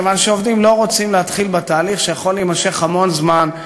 מכיוון שעובדים לא רוצים להתחיל בתהליך שיכול להימשך המון זמן,